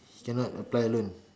he can not apply alone